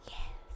Yes